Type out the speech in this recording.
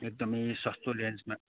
एकदमै सस्तो रेन्जमा